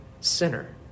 Sinner